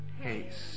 haste